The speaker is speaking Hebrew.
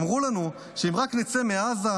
אמרו לנו שאם רק נצא מעזה,